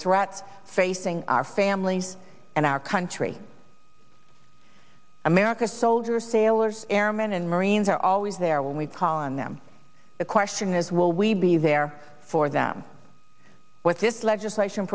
threats facing our families and our country america soldiers sailors airmen and marines are always there when we call on them the question is will we be there for them what this legislation